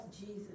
Jesus